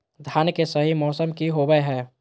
धान के सही मौसम की होवय हैय?